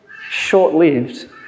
short-lived